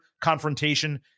confrontation